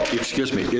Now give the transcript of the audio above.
excuse me, it's.